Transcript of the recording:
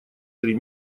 три